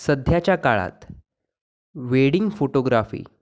सध्याच्या काळात wedding photography